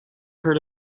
heard